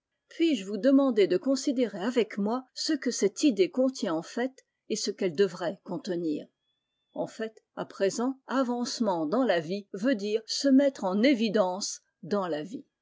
puis-je vous demander de considérer avec moi ce que cette idée contient en fait et ce qu'elle devrait contenir en fait à présent f avancement dans la vie veut dire se mettre en évidence dans la vie